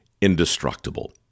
indestructible